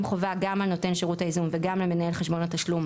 חובה גם על נותן שירות הייזום וגם על מנהל חשבון התשלום,